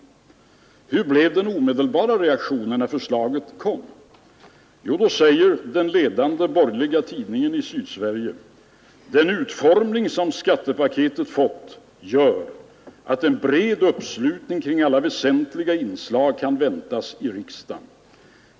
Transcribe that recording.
Hur blev den omedelbara reaktionen när förslaget kom? Jo, då säger den ledande borgerliga tidningen i Sydsverige: ”Den utformning som skattepaketet fått gör att en bred uppslutning kring alla väsentliga inslag kan väntas i riksdagen.